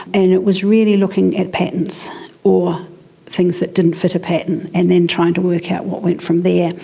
and it was really looking at patents or things that didn't fit a patent and then trying to work out what went from there. and